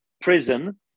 prison